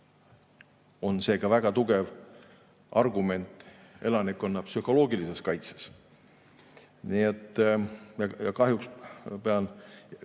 on see ka väga tugev argument elanikkonna psühholoogilises kaitses. Nii et pean